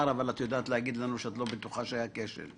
אבל את יודעת להגיד לנו שאת לא בטוחה שהיה כשל.